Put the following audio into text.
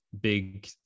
big